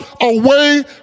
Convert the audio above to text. away